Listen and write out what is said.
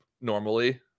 normally